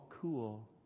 cool